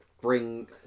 bring